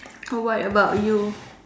how about about you